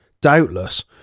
doubtless